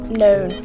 known